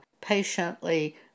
patiently